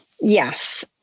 Yes